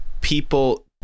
people